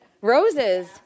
roses